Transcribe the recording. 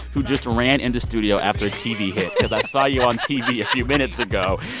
who just ran into studio after a tv i saw you on tv a few minutes ago.